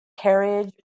carriage